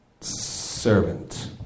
Servant